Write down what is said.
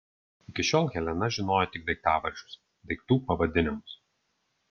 iki šiol helena žinojo tik daiktavardžius daiktų pavadinimus